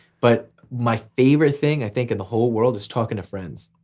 but my favorite thing i think, in the whole world is talking to friends.